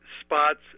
spots